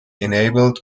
enabled